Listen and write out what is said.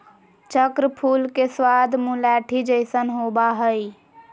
चक्र फूल के स्वाद मुलैठी जइसन होबा हइ